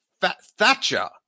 Thatcher